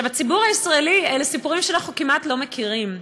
בציבור הישראלי אלה סיפורים שאנחנו כמעט לא מכירים.